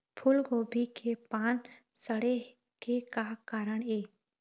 फूलगोभी के पान सड़े के का कारण ये?